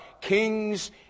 kings